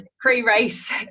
pre-race